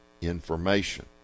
information